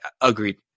agreed